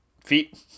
feet